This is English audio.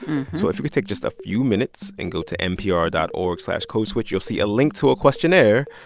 so if you could take just a few minutes and go to npr dot org slash codeswitch, you'll see a link to a questionnaire.